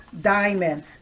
diamond